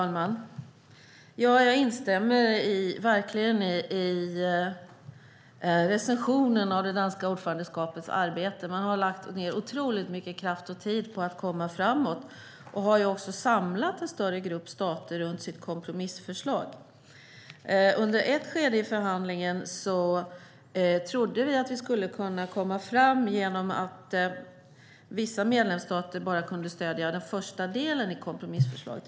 Fru talman! Jag instämmer i recensionen av det danska ordförandeskapets arbete. Man har lagt ned otroligt mycket kraft och tid på att komma framåt och samla en större grupp stater runt sitt kompromissförslag. Under ett skede i förhandlingen trodde vi att vi skulle komma fram genom att vissa medlemsstater bara kunde stödja den första delen i kompromissförslaget.